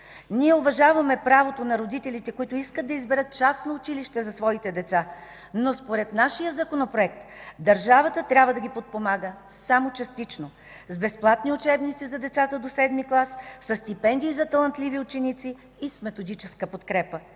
Ние уважаваме правото на родителите, които искат да изберат частно училище за своите деца, но според нашия Законопроект държавата трябва да ги подпомага само частично с безплатни учебници за децата до VІІ клас, със стипендии за талантливи ученици и с методическа подкрепа.